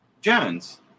Jones